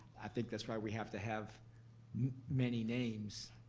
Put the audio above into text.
i think that's why we have to have many names.